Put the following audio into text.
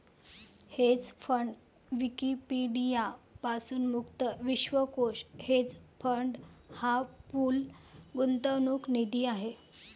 hedge fund Wikipedia पासून मुक्त विश्वकोश हेज फंड हा पूल गुंतवणूक निधी आहे